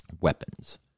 weapons